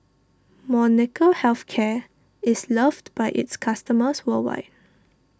Molnylcke Health Care is loved by its customers worldwide